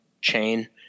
chain